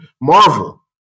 Marvel